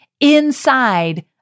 inside